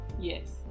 Yes